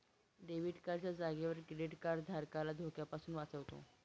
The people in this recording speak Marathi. डेबिट कार्ड च्या जागेवर क्रेडीट कार्ड धारकाला धोक्यापासून वाचवतो